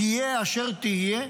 תהיה אשר תהיה,